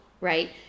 right